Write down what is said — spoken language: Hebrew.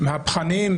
המהפכניים,